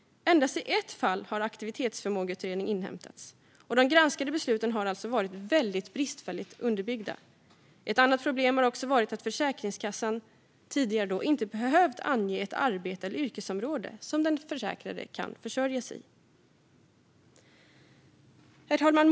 Endast i ett fall har aktivitetsförmågeutredning inhämtats. De granskade besluten har alltså varit väldigt bristfälligt underbyggda. Ett annat problem har också varit att Försäkringskassan tidigare inte behövt ange ett arbete eller ett yrkesområde inom vilket den försäkrade kan försörja sig. Herr talman!